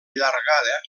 allargada